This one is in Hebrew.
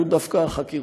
זה היה דווקא החקירות.